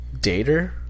Dater